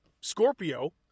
Scorpio